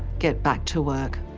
get back to work,